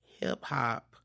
hip-hop